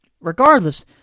Regardless